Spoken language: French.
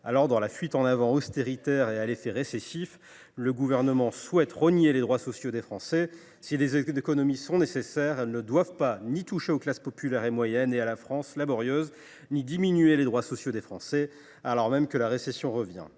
Dans une fuite en avant austéritaire et à l’effet récessif, le Gouvernement souhaite rogner les droits sociaux des Français. Si des économies sont nécessaires, elles ne doivent ni toucher aux classes populaires et moyennes, ni toucher à la France laborieuse, ni diminuer les droits sociaux des Français, alors même que la récession revient.